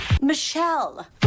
Michelle